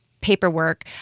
paperwork